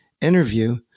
interview